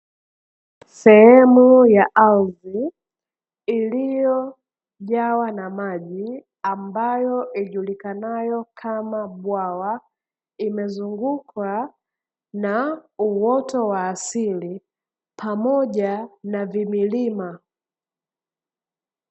Sehemu ya ardhi iliyojawa na maji, ambayo ijulikanayo kama bwawa, imezungukwa na uoto wa asili pamoja na vimilima.